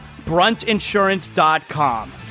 bruntinsurance.com